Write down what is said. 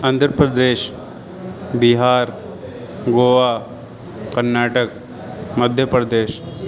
Andhra Pradesh Bihar Goa Karnataka Madhya Pradesh